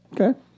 Okay